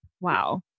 Wow